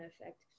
effect